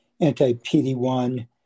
anti-PD1